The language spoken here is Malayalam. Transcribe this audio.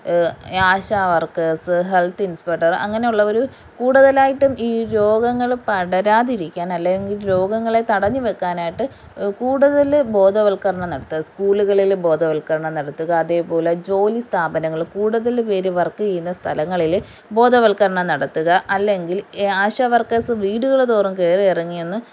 ആശാ ഈ വർക്കേസ് ഹെൽത്ത് ഇൻസ്പെക്ടർ അങ്ങനെ ഉള്ള ഒരു കൂടുതലായിട്ടും ഈ രോഗങ്ങൾ പടരാതിരിക്കാൻ അല്ലെങ്കിൽ രോഗങ്ങളെ തടഞ്ഞുവെക്കാനായിട്ട് കൂടുതൽ ബോധവൽക്കരണം നടത്തുക സ്കൂളുകളിൽ ബോധവൽക്കരണം നടത്തുക അതേപോലെ ജോലി സ്ഥാപനങ്ങൾ കൂടുതൽ പേര് വർക്ക് ചെയ്യുന്ന സ്ഥലങ്ങളിൽ ബോധവൽക്കരണം നടത്തുക അല്ലെങ്കിൽ ഈ ആശാ വർക്കേസ് വീടുകൾ തോറും കയറിയിറങ്ങി ഒന്ന്